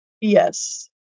Yes